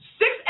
six